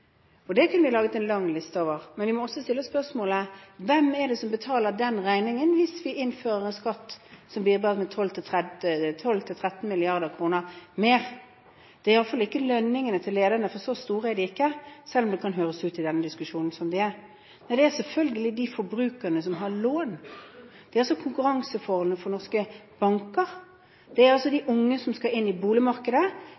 Det kunne vi laget en lang liste over. Men vi må også stille spørsmålet om hvem det er som betaler den regningen hvis vi innfører en skatt som bidrar med 12–13 mrd. kr mer. Det er i alle fall ikke lønningene til lederne, for så store er de ikke – selv om det i denne diskusjonen kan høres ut som de er det. Det gjelder selvfølgelig forbrukerne som har lån, det er konkurranseforholdene for norske banker, det er